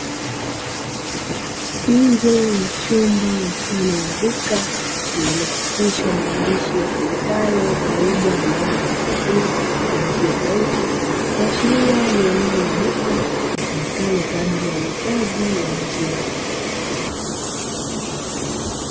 Nje ya chumba mfano wa duka lililochapishwa maandishi yasomekayo "mwaija bidhaa za maziwa, maziwa yetu" kuashiria ni eneo la duka litumikalo kwa ajili ya uuzaji wa maziwa.